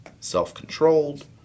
Self-controlled